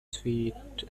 sweet